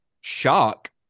shock